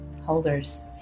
holders